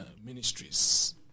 Ministries